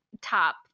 top